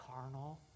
carnal